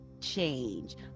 change